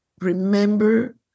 remember